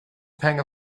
pang